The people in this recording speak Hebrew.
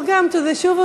Welcome to the "Shuvu"